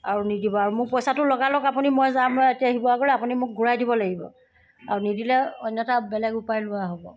আৰু নিদিব আৰু মোৰ পইচাটো লগালগ আপুনি মই যাম নহয় এতিয়া শিৱসাগৰলৈ আপুনি মোক ঘূৰাই দিব লাগিব আৰু নিদিলে অন্যথা বেলেগ উপায় লোৱা হ'ব